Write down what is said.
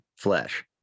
flesh